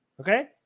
okay